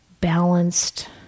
balanced